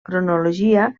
cronologia